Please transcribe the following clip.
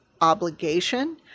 obligation